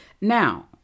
Now